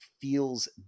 feels